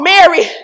Mary